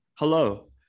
Hello